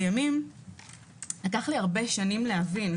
לימים לקח לי הרבה שנים להבין,